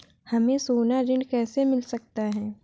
हमें सोना ऋण कैसे मिल सकता है?